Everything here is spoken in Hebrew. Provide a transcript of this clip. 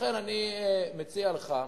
לכן אני מציע לך,